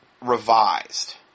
revised